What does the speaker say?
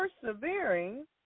persevering